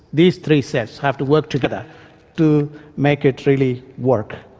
these three sets have to work together to make it really work,